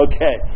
Okay